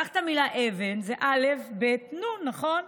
קח את המילה אבן, זה אל"ף, בי"ת ונו"ן, נכון?